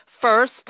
First